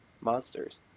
monsters